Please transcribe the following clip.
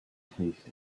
tasted